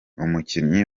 umukinnyi